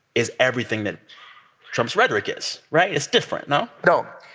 is everything that trump's rhetoric is, right? it's different, no? no.